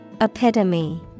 Epitome